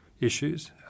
issues